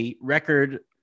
record